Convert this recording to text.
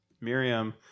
Miriam